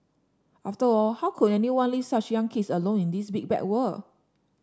after all how could anyone leave such young kids alone in this big bad world